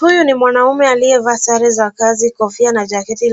Huyu ni mwanaume aliyevaa sare za kazi kofia na jaketi